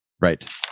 Right